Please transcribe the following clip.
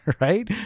right